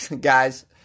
guys